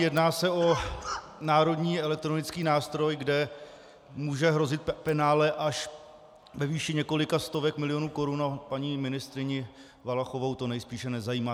Jedná se o národní elektronický nástroj, kde může hrozit penále až ve výši několika stovek milionů korun, a paní ministryni Valachovou to nejspíše nezajímá